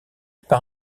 par